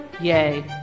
Yay